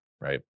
right